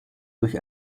durch